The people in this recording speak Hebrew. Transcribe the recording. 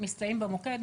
מסתייעים במוקד,